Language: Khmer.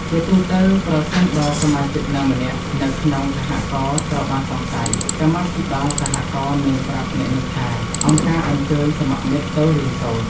ជាទូទៅ ប្រសិនបើសមាជិកណាម្នាក់នៅក្នុងសហករណ៍ត្រូវបានសង្ស័យ កម្មាភិបាលសហករណ៍នឹងប្រាប់អ្នកនោះថា "អង្គការអញ្ជើញសមមិត្តទៅរៀនសូត្រ"។